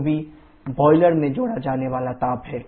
qBबॉयलर में जोड़ा जाने वाला ताप है